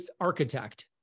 architect